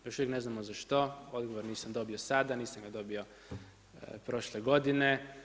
Još uvijek ne znamo za što, odgovor nisam dobio sada, nisam ga dobio prošle godine.